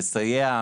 לסייע,